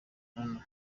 numa